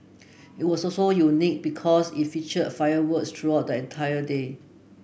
it was also unique because it featured fireworks throughout that entire day